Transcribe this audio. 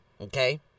okay